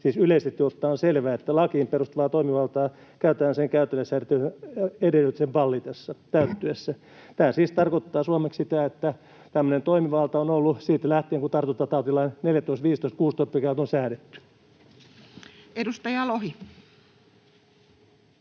yleisesti ottaen on selvää, että lakiin perustuvaa toimivaltaa käytetään sen käytön edellytysten vallitessa, täyttyessä. Tämä siis tarkoittaa suomeksi sitä, että tämmöinen toimivalta on ollut siitä lähtien, kun tartuntatautilain 14, 15 ja 16 §:t on säädetty. [Speech